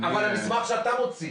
המסמך שאתה מוציא